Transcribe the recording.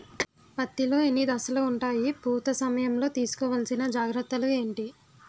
పత్తి లో ఎన్ని దశలు ఉంటాయి? పూత సమయం లో తీసుకోవల్సిన జాగ్రత్తలు ఏంటి?